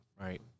right